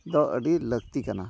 ᱫᱚ ᱟᱹᱰᱤ ᱞᱟᱹᱠᱛᱤ ᱠᱟᱱᱟ